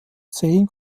zehn